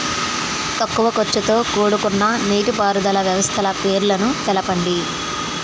తక్కువ ఖర్చుతో కూడుకున్న నీటిపారుదల వ్యవస్థల పేర్లను తెలపండి?